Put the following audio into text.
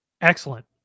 excellent